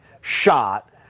shot